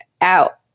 out